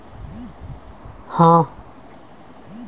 छोटे बच्चों को गुल्लक में छुट्टे पैसे जमा करने का अधिक शौक होता है